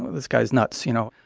this guy is nuts. you know,